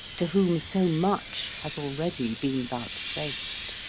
to whom so much has already been vouchsafed.